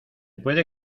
puede